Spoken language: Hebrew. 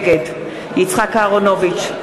נגד יצחק אהרונוביץ,